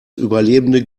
überlebende